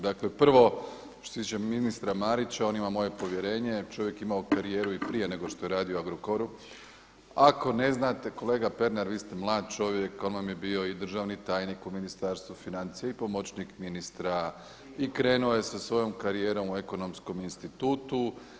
Dakle, prvo što se tiče ministra Marića, on ima moje povjerenje, čovjek je imao karijeru i prije nego što je radio u Agrokoru, ako ne znate, kolega Pernar, vi ste mlad čovjek, on vam je bio i državni tajnik u Ministarstvu financija i pomoćnik ministra i krenuo je sa svojom karijerom u Ekonomskom institutu.